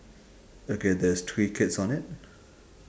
okay there's three kids on it